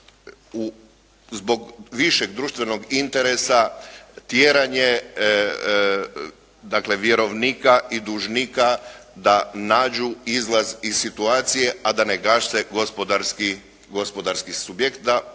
zbog višeg društvenog interesa, tjeranje dakle vjerovnika i dužnika da nađu izlaz iz situacije a da ne gase gospodarski subjekt,